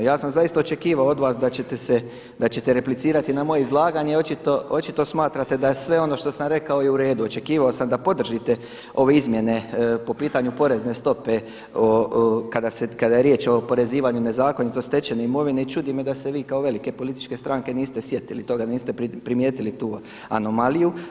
Ja sam zaista očekivao od vas da ćete replicirati na moje izlaganje, očito smatrate da je sve ono što sam rekao i uredu, očekivao sam da podržite ove izmjene po pitanju porezne stope kada je riječ o oporezivanju nezakonito stečene imovine i čudi me da se vi kao velike političke stranke niste sjetili toga, niste primijetili tu anomaliju.